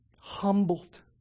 humbled